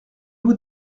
vous